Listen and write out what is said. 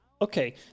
Okay